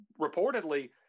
reportedly